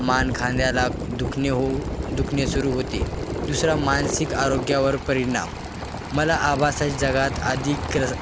मान खांद्याला दुखणे हो दुखणे सुरू होते दुसरा मानसिक आरोग्यावर परिणाम मला आभासाच्या जगात अधिक रस